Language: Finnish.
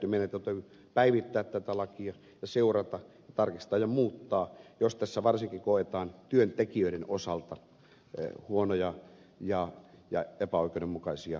meidän täytyy päivittää tätä lakia ja seurata tarkistaa ja muuttaa sitä jos tässä koetaan varsinkin työntekijöiden osalta huonoja ja epäoikeudenmukaisia seuraamuksia